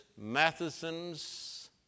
Matheson's